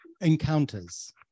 encounters